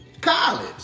College